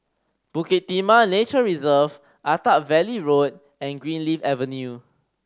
Bukit Timah Nature Reserve Attap Valley Road and Greenleaf Avenue